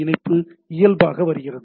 இணைப்பு இயல்பாக வருகிறது